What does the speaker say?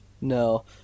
No